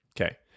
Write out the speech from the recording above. Okay